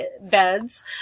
beds